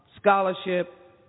scholarship